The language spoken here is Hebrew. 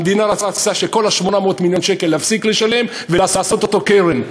המדינה רצתה להפסיק לשלם את כל 800 מיליון השקל ולעשות אותם קרן.